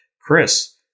Chris